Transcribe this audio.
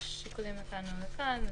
יש שיקולים לכאן ולכאן.